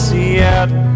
Seattle